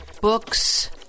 books